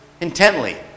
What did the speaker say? intently